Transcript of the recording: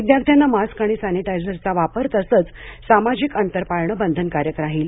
विद्यार्थ्यांना मास्क आणि सॅनीटायझरचा वापर तसंच सामाजिक अंतर पाळणे बंधनकारक राहील